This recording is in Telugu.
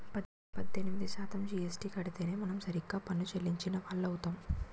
పద్దెనిమిది శాతం జీఎస్టీ కడితేనే మనం సరిగ్గా పన్ను చెల్లించిన వాళ్లం అవుతాం